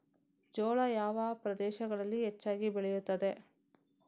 ಜೋಳ ಯಾವ ಪ್ರದೇಶಗಳಲ್ಲಿ ಹೆಚ್ಚಾಗಿ ಬೆಳೆಯುತ್ತದೆ?